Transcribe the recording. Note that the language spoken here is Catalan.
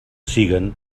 siguen